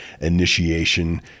initiation